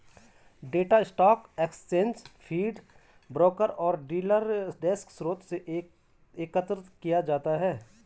data stock exchange feed, broker और dealer desk स्रोतों से एकत्र किया जाता है